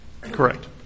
Correct